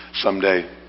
someday